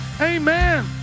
Amen